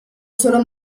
solo